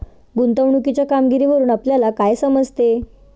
गुंतवणुकीच्या कामगिरीवरून आपल्याला काय समजते?